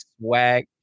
Swag